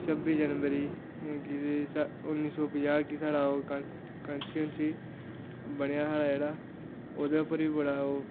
छब्बी जनवरी गी उन्नी सौ पंजाह् गी साढ़ा ओह् कान कांसिक्यशन बनेआ हा जेह्ड़ा साढ़ा ओह्दे उप्पर बी बड़ा ओह्